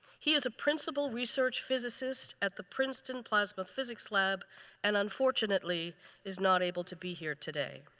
he is a principle research physicist at the princeton plasma physics lab and unfortunately is not able to be here today.